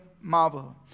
marvel